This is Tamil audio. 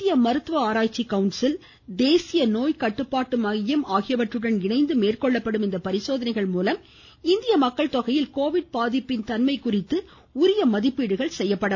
இந்திய மருத்துவ ஆராய்ச்சி கவுன்சில் தேசிய நோய் கட்டுப்பாட்டு மையம் ஆகியவற்றுடன் இணைந்து மேற்கொள்ளப்படும் இந்த பரிசோதனைகள் மூலம் இந்திய மக்கள் தொகையில் கோவிட் பாதிப்பின் தன்மை குறித்து உரிய மதிப்பீடுகள் செய்யப்படும்